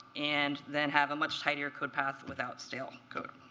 and then have a much tighter code path without stale code.